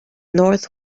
north